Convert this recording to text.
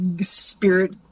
spirit